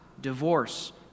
divorce